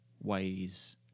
ways